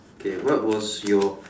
okay what was your